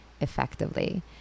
effectively